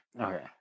Okay